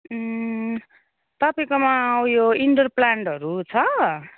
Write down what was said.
तपाईँकोमा ऊ यो इन्डोर प्लान्टहरू छ